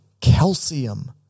calcium